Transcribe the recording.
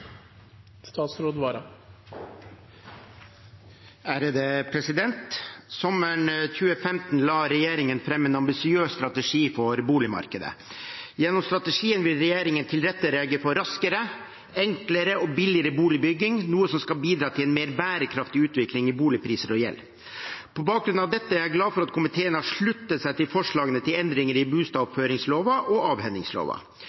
Sommeren 2015 la regjeringen fram en ambisiøs strategi for boligmarkedet. Gjennom strategien vil regjeringen tilrettelegge for raskere, enklere og billigere boligbygging, noe som skal bidra til en mer bærekraftig utvikling av boligpriser og gjeld. På bakgrunn av dette er jeg glad for at komiteen har sluttet seg til forslagene til endringer i